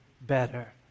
better